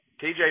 TJ